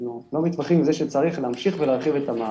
אנחנו לא מתווכחים עם זה שצריך להמשיך ולהרחיב את המערכת.